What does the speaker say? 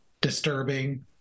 disturbing